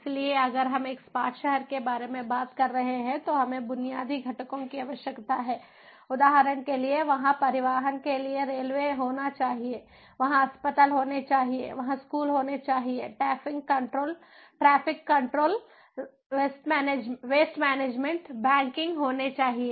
इसलिए अगर हम एक स्मार्ट शहर के बारे में बात कर रहे हैं तो हमें बुनियादी घटकों की आवश्यकता है उदाहरण के लिए वहाँ परिवहन के लिए रेलवे होना चाहिए वहाँ अस्पताल होने चाहिए वहाँ स्कूल होने चाहिए traffic control waste management banking होने चाहिए